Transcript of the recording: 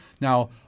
Now